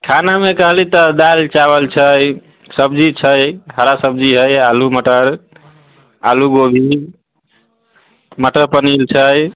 खानामे कहली तऽ दालि चावल छै सब्जी छै हरा सब्जी हइ आलू मटर आलू गोभी मटर पनीर छै